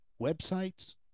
websites